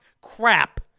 crap